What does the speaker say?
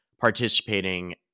participating